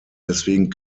deswegen